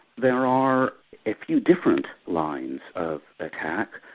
there are a few different lines of attack.